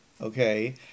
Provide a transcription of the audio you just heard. Okay